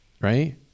right